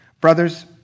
Brothers